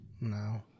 No